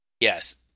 Yes